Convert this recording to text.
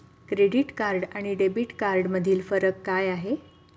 Credit card आणि debit कार्डमधील फरक काय आहे?